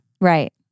Right